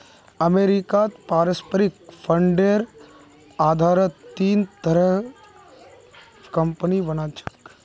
अमरीकात पारस्परिक फंडेर आधारत तीन तरहर कम्पनि बना छेक